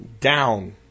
down